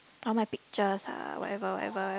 all my pictures ah whatever whatever whatever